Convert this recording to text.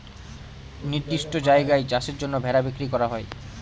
নির্দিষ্ট জায়গায় চাষের জন্য ভেড়া বিক্রি করা হয়